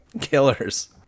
Killers